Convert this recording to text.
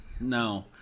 no